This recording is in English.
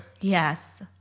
Yes